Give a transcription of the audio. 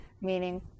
meaning